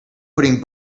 putting